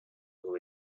who